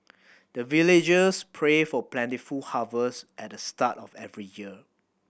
the villagers pray for plentiful harvest at the start of every year